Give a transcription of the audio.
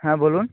হ্যাঁ বলুন